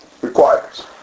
requires